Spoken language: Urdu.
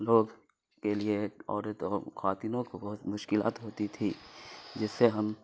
لوگ کے لیے عورت اور خواتین کو بہت مشکلات ہوتی تھی جس سے ہم